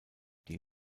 die